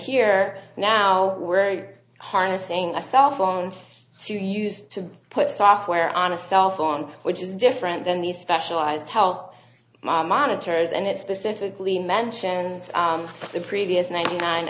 here now we're harnessing a cell phone to use to put software on a cellphone which is different than the specialized help monitors and it specifically mentions the previous ninety nine